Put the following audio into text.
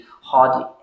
hardly